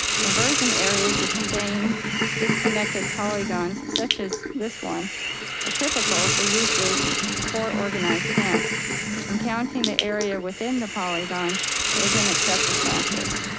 conversion areas that contain disconnected polygons, such as this one are typical for uses for organized camps and counting the area within the polygons is an accepted practice,